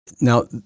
Now